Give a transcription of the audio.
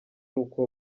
uko